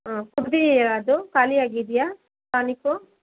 ಹಾಂ ಕುಡ್ಡಿದ್ದೀರಾ ಅದು ಖಾಲಿ ಆಗಿದೆಯಾ ಟಾನಿಕು